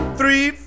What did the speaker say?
three